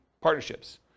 partnerships